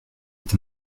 est